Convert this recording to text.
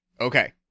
Okay